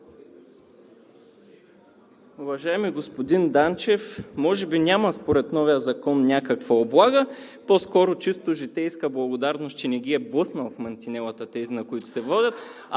Уважаеми господин Данчев, може би според новия Закон няма някаква облага, а по-скоро чисто житейска благодарност, че не ги е блъснал в мантинелата – тези, които се возят.